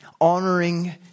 Honoring